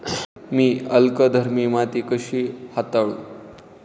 मी अल्कधर्मी माती कशी हाताळू?